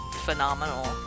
phenomenal